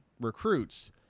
recruits